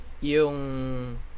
yung